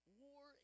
war